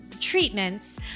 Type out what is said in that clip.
treatments